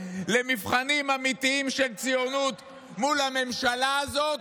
למבחנים אמיתיים של ציונות מול הממשלה הזאת.